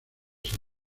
ser